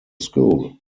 school